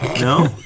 No